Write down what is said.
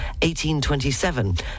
1827